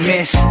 miss